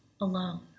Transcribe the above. alone